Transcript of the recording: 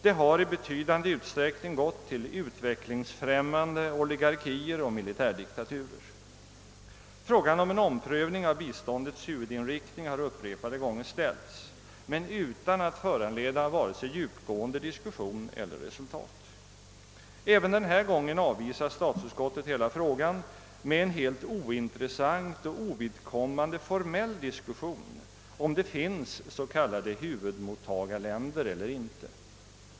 Det har i betydande utsträckning gått till utvecklingsfrämmande oligarkier och militärdiktaturer. Frågan om en omprövning av biståndets huvudinriktning har upprepade gånger ställts men utan att föranleda vare sig djupgående diskussion eller resultat. Även denna gång avvisar statsutskottet hela frågan med en helt ointressant och ovidkommande formell diskussion, om det finns s.k. huvudmottagarländer eller inte.